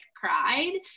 cried